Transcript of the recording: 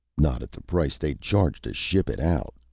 not at the price they'd charge to ship it out,